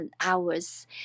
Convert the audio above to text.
hours